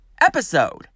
episode